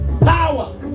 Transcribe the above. power